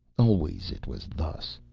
always it was thus.